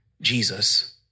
Jesus